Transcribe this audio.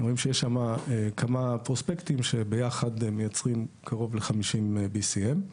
אתם רואים שיש שם כמה פרוספקטים שביחד מייצרים קרוב ל-50BCM.